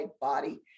body